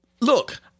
Look